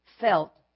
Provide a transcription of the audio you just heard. felt